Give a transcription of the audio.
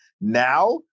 Now